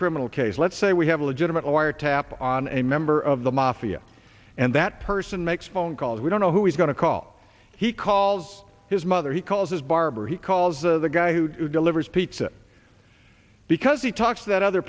criminal case let's say we have a legitimate wiretap on a member of the mafia and that person makes phone calls we don't know who is going to call he calls his mother he calls his barber he calls the guy who delivers pizza because he talks to that other